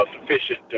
sufficient